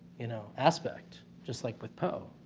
you know, aspect, just like with poe,